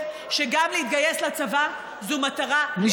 שגם להתגייס לצבא זו מטרה ראויה וחשובה.